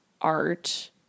art